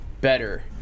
better